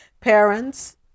Parents